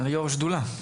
יושב-ראש השדולה.